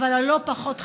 אבל לא פחות חשוב,